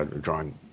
drawing